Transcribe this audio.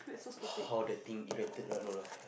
how that thing erected lah no lah